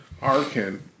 Arkin